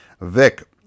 Vic